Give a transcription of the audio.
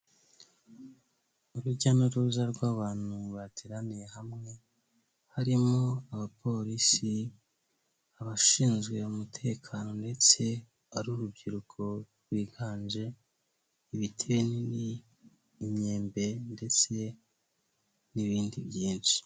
Urujya n'uruza rw'abantu bateraniye hamwe, harimo abapolisi, abashinzwe umutekano ndetse ari urubyiruko rwiganje; ibiti binini, imyembe ndetse n'ibindi byinshi.